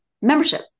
membership